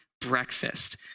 breakfast